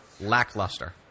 lackluster